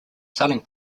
selling